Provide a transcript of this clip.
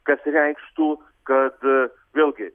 kas reikštų kad vėlgi